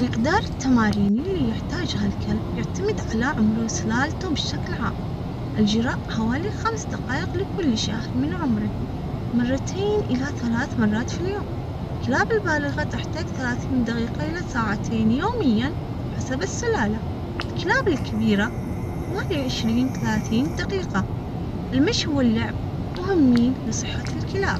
مقدار التمارين اللي يحتاجها الكلب يعتمد على عمره، سلالته بشكل عام، الجراء حوالي خمس دقايق لكل شهر من عمره، مرتين إلى ثلاث مرات في اليوم. كلاب البالغة تحتاج ثلاثين دقيقة إلى ساعتين يوميا حسب السلالة. الكلاب الكبيرة هواية.